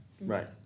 Right